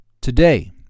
Today